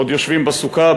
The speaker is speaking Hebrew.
עוד יושבים בסוכה,